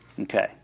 Okay